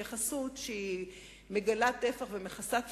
התייחסות שמגלה טפח ומכסה טפחיים.